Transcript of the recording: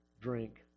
drink